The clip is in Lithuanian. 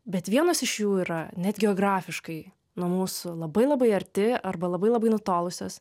bet vienos iš jų yra net geografiškai nuo mūsų labai labai arti arba labai labai nutolusios